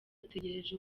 ategereje